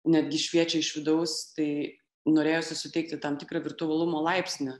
netgi šviečia iš vidaus tai norėjosi suteikti tam tikrą virtualumo laipsnį